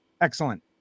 Excellent